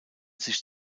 sich